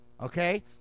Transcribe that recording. okay